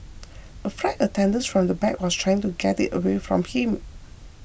a flight attendant from the back was trying to get it away from him